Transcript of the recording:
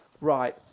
right